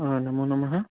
नमो नमः